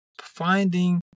finding